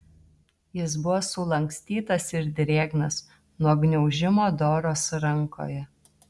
jis buvo sulankstytas ir drėgnas nuo gniaužimo doros rankoje